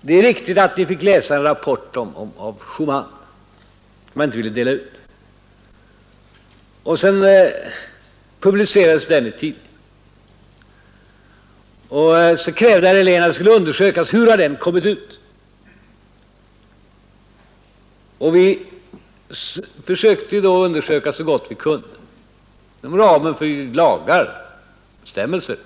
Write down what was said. Det är riktigt att vi Ag. förhandlingarfick läsa en rapport av Schumann som vi inte ville dela ut. Sedan "4 mellan Sverige publicerades den i tidningen. Då krävde herr Helén att det skulle och EEC undersökas hur den hade kommit ut. Vi försökte då undersöka det så gott vi kunde inom ramen för gällande lagar och bestämmelser.